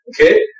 Okay